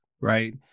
Right